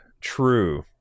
True